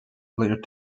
player